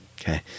okay